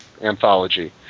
anthology